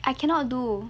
I cannot do